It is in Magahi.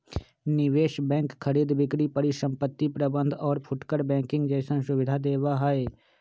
निवेश बैंक खरीद बिक्री परिसंपत्ति प्रबंध और फुटकर बैंकिंग जैसन सुविधा देवा हई